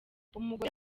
umugore